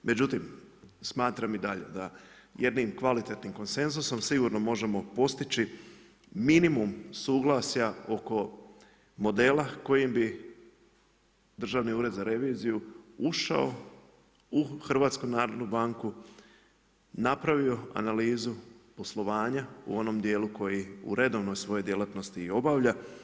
Međutim, smatram i dalje da jednim kvalitetnim konsenzusom, sigurno možemo postići, minimum suglasja oko modela kojim bi Državni ured za reviziju ušao u HNB, napravio analizu poslovanja u onom dijelu koji u redovnoj svojoj djelatnosti obavlja.